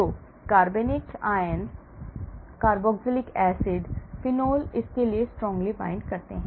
तो कार्बनिक आयन कार्बोक्जिलिक एसिड फिनोल इसके लिए strongly bind करते हैं